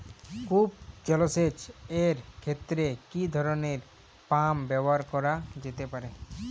কূপ জলসেচ এর ক্ষেত্রে কি ধরনের পাম্প ব্যবহার করা যেতে পারে?